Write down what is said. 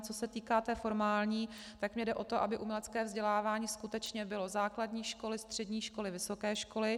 Co se týká té formální, tak mně jde o to, aby umělecké vzdělávání skutečně bylo: základní školy, střední školy, vysoké školy.